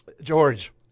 George